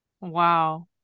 wow